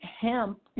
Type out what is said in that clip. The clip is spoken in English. hemp